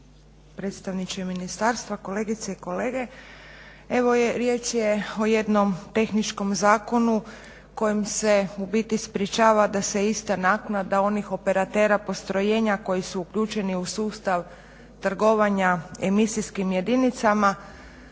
predstavniče ministarstva, kolegice i kolege. Evo riječ je o jednom tehničkom zakonu kojim se u biti sprečava da se ista naknada onih operatera postrojenja koji su uključeni u sustav trgovanja emisijskim jedinicama